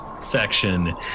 section